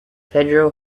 pedro